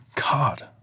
God